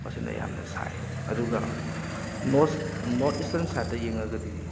ꯃꯁꯤꯅ ꯌꯥꯝꯅ ꯁꯥꯏ ꯑꯗꯨꯒ ꯅꯣꯔꯠ ꯏꯁ꯭ꯇꯔꯟ ꯁꯥꯏꯠꯇ ꯌꯦꯡꯉꯒꯗꯤ